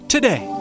Today